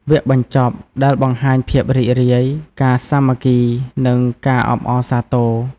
វគ្គបញ្ចប់ដែលបង្ហាញភាពរីករាយ ការសាមគ្គី និងការអបអរសាទរ។